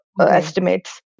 estimates